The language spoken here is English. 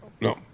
No